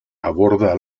aborda